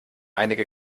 einige